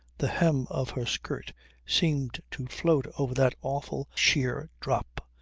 the hem of her skirt seemed to float over that awful sheer drop,